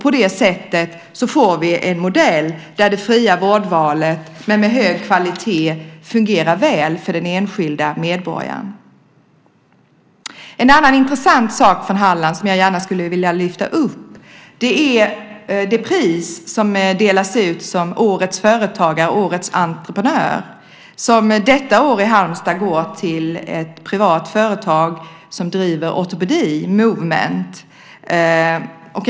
På det sättet får vi en modell där det fria vårdvalet med hög kvalitet fungerar väl för den enskilda medborgaren. En annan intressant sak från Halland som jag gärna skulle vilja lyfta fram är det pris som delas ut till årets företagare, årets entreprenör. Detta år går det till ett privat företag i Halmstad, Movement, som bedriver ortopedi.